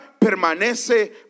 permanece